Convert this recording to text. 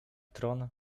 tron